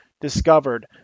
discovered